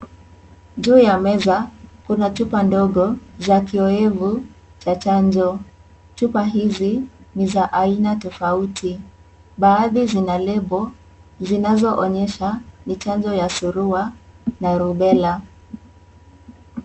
Juu ya meza kuna chupa ndogo za kiowevu cha chanjo chupa hizi ni za aina tofauti baadhi zina lebo zinazoonyesha ni chanjo ya surua na rubela.